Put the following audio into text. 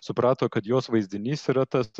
suprato kad jos vaizdinys yra tas